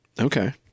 Okay